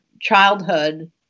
childhood